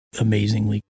amazingly